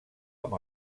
amb